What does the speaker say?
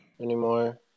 anymore